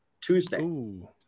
Tuesday